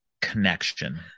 Connection